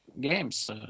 games